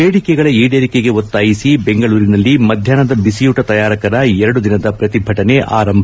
ಬೇಡಿಕೆಗಳ ಈಡೇರಿಕೆಗೆ ಒತ್ತಾಯಿಸಿ ಬೆಂಗಳೂರಿನಲ್ಲಿ ಮಧ್ಯಾಷ್ನದ ಬಿಸಿಯೂಟ ತಯಾರಕರ ಎರಡು ದಿನದ ಪ್ರತಿಭಟನೆ ಆರಂಭ